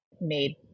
made